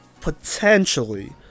potentially